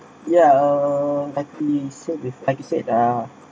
yeah oh luckily said luckily said ah